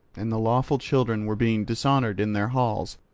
and the lawful children were being dishonoured in their halls,